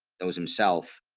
knows himself.